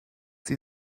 sie